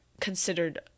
considered